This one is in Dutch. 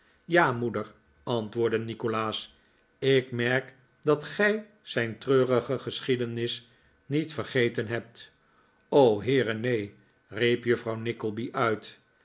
ja moeder antwoordde nikolaas ik merk dat gij zijn treurige geschiedenis niet vergeten hebt o heere neen riep juffrouw nickleby uit